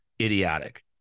idiotic